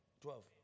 Twelve